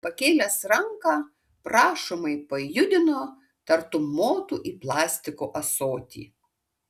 pakėlęs ranką prašomai pajudino tartum motų į plastiko ąsotį